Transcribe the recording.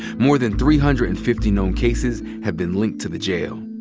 more than three hundred and fifty known cases have been linked to the jail.